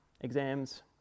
exams